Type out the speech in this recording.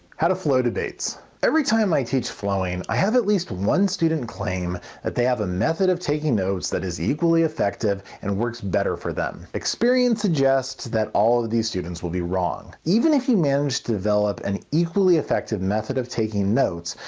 how to flow debates every time i teach flowing i have at least one student claim that they have a method of taking notes that is equally effective and works better for them. experience suggests that all of these students will be wrong. even if you manage to develop an equally effective method of taking notes,